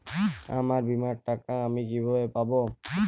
আমার বীমার টাকা আমি কিভাবে পাবো?